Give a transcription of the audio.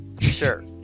Sure